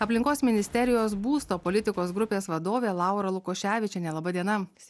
aplinkos ministerijos būsto politikos grupės vadovė laura lukoševičienė laba diena